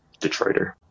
Detroiter